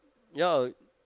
ya